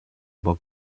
bock